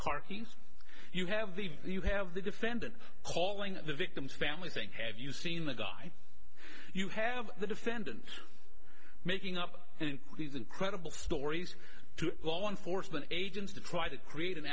car keys you have the you have the defendant calling the victim's family think have you seen the guy you have the defendant making up these incredible stories to law enforcement agents to try to create an